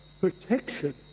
protection